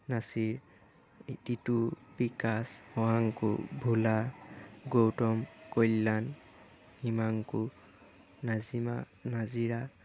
Nasir Titu Bikash Shashanku Bhola Gautam Kalyan Himanku Nazima Nazira